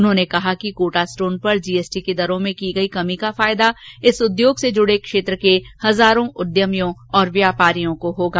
उन्होंने कहा कि कोटा स्टोन पर जीएसटी की दरों में की गई कमी का फायदा इस उद्योग से जुड़े क्षेत्र के हजारों उद्यमियों और व्यापारियों को होगा